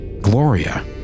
Gloria